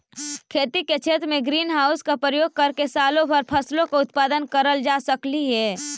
खेती के क्षेत्र में ग्रीन हाउस का प्रयोग करके सालों भर फसलों का उत्पादन करल जा सकलई हे